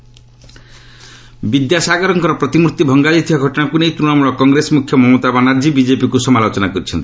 ମମତା ବିଦ୍ୟାସାଗରଙ୍କର ପ୍ରତିମୂର୍ତ୍ତି ଭଙ୍ଗା ଯାଇଥିବା ଘଟଣାକୁ ନେଇ ତୃଣମୂଳ କଂଗ୍ରେସ ମୁଖ୍ୟ ମମତା ବାନାର୍ଜୀ ବିଜେପିକୁ ସମାଲୋଚନା କରିଛନ୍ତି